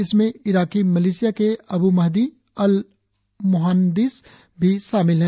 इसमें Iraqi militia के अब्र महदी अल मुहान्दिस भी शामिल हैं